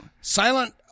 Silent